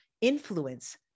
influence